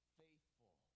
faithful